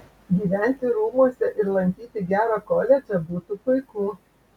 gyventi rūmuose ir lankyti gerą koledžą būtų puiku